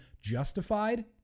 justified